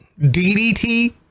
DDT